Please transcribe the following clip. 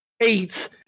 eight